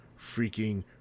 freaking